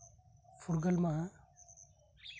ᱯᱷᱩᱨᱜᱟᱹᱞ ᱢᱟᱦᱟ